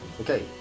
Okay